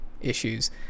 issues